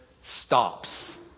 stops